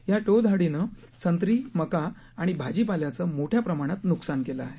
या टोळधाडीनं संत्री मका आणि भाजीपाल्याचं मोठ्या प्रमाणात नुकसान केलं आहे